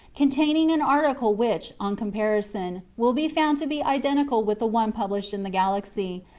containing an article which, on comparison, will be found to be identical with the one published in the galaxy,